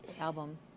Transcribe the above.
album